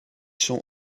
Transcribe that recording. sont